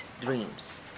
dreams